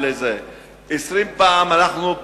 עשרים פעם אנחנו,